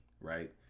right